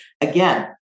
again